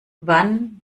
wann